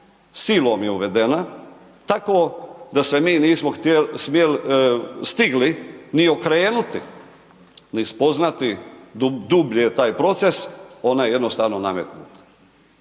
silom je uvedena tako da se mi nismo stigli ni okrenuti ni spoznati dublje taj proces, ona je jednostavno nametnuta.